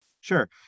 Sure